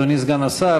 אדוני סגן השר,